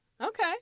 okay